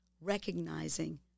recognizing